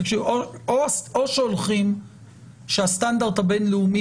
או שהולכים על זה שהסטנדרט הבין-לאומי